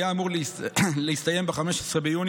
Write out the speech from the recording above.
היה אמור להסתיים ב-15 ביוני,